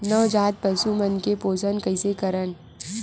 नवजात पशु मन के पोषण कइसे करन?